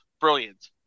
brilliant